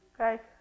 okay